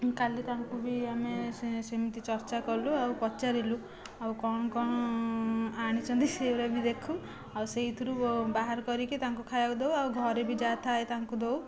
କାଲି ତାଙ୍କୁ ବି ଆମେ ସେ ସେମିତି ଚର୍ଚ୍ଚା କଲୁ ଆଉ ପଚାରିଲୁ ଆଉ କ'ଣ କ'ଣ ଆଣିଛନ୍ତି ସେଗୁଡ଼ିକ ବି ଦେଖୁ ଆଉ ସେଥିରୁ ବାହାର କରିକି ତାଙ୍କୁ ଖାଇବାକୁ ଦେଉ ଆଉ ଘରେ ବି ଯାହାଥାଏ ତାଙ୍କୁ ଦେଉ